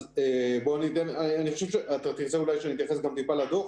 אתה רוצה אולי שאני אתייחס גם טיפה לדוח?